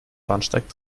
bahnsteig